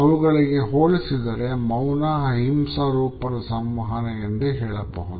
ಅವುಗಳಿಗೆ ಹೋಲಿಸಿದರೆ ಮೌನ ಅಹಿಂಸಾ ರೂಪದ ಸಂವಹನ ಎಂದೆ ಹೇಳಬಹುದು